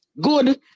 good